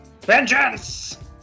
Vengeance